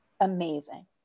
amazing